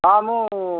ହଁ ମୁଁ